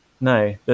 No